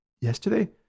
yesterday